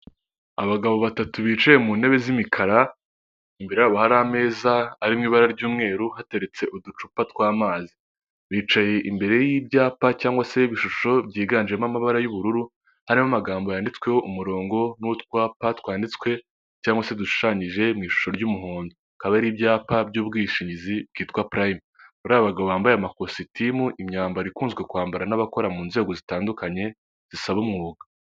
abagabo batatu bicaye mu ntebe z'imikara, imbere yabo hari ameza ari mu ibara ry'umweru hateretse uducupa tw'amazi bicaye imbere y'ibyapa cyangwa se ibishusho byiganjemo amabara y'ubururu harimo amagambo yanditsweho umurongo n'utwapa twanditswe cyangwa se dushushanyije mu ishusho ry'umuhondo akaba ari ibyapa by'ubwishingizi bwitwa purayime muri abagabo bambaye amakositimu imyambaro ikunzwe kwambara n'abakora mu nzego zitandukanye zisaba umwuga